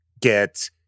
get